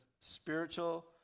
spiritual